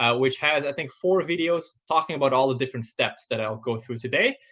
ah which has, i think, four videos talking about all the different steps that i'll go through today.